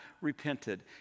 repented